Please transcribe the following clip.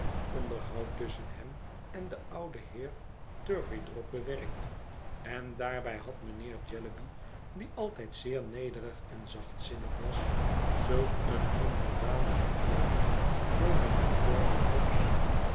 onderhoud tusschen hem en den ouden heer turveydrop bewerkt en daarbij had mijnheer jellyby die altijd zeer nederig en zachtzinnig was zulk een onderdanigen eerbied voor mijnheer